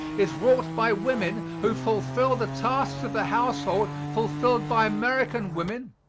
is wrought by women who fulfill the tasks of the household fulfilled by american women,